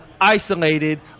isolated